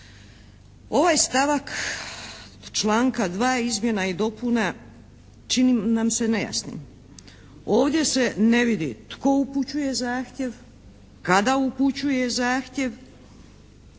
Ovaj stavak članka 2. izmjena i dopuna čini nam se nejasnim. Ovdje se ne vidi tko upućuje zahtjev, kada upućuje zahtjev